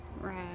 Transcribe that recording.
Right